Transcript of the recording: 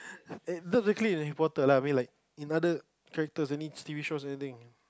not exactly in Harry-Potter lah I mean like in other characters any T_V shows or anything